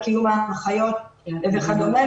על קיום ההנחיות וכדומה,